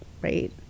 right